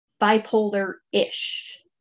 bipolar-ish